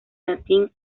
latín